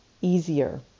easier